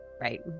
Right